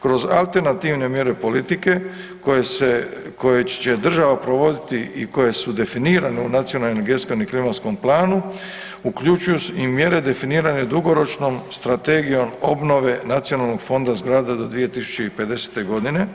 Kroz alternativne mjere politike koje se, koje će država provoditi i koje su definirane u nacionalnom energetskom i klimatskom planu uključuju i mjere definirane dugoročnom strategijom obnove nacionalnog fonda zgrada do 2050. godine.